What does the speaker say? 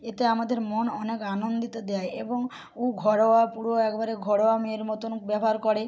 এতে আমাদের মন অনেক আনন্দিত দেয় এবং ও ঘরোয়া পুরো একবারে ঘরোয়া মেয়ের মতন ব্যবহার করে